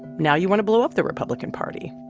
now you want to blow up the republican party.